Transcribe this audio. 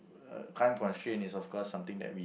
uh time constraint is of course something that we